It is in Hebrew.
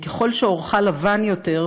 ככל שעורך לבן יותר,